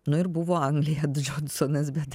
nu ir buvo anglija džonsonas bet